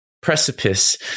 precipice